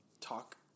talk